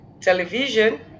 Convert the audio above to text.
television